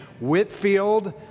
Whitfield